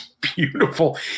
beautiful